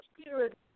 Spirit